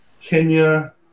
Kenya